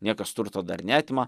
niekas turto dar neatima